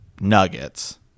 Nuggets